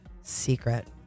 secret